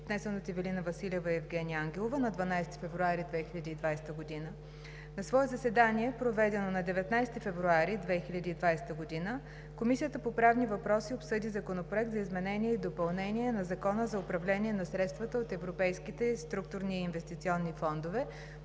представители Ивелина Василева и Евгения Ангелова на 12 февруари 2020 г. На свое заседание, проведено на 19 февруари 2020 г., Комисията по правни въпроси обсъди Законопроект за изменение и допълнение на Закона за управление на средствата от Европейските структурни и инвестиционни фондове,